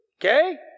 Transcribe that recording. Okay